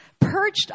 perched